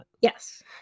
Yes